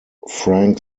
frank